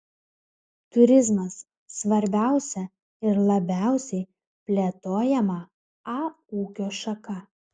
turizmas svarbiausia ir labiausiai plėtojama a ūkio šaka